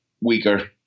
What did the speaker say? weaker